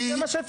סליחה, סליחה.